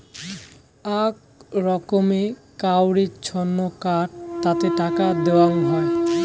আক রকমের কাউরি ছক্ত কার্ড তাতে টাকা দেওয়াং হই